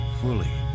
fully